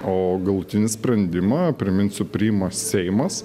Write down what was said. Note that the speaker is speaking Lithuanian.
o galutinį sprendimą priminsiu priima seimas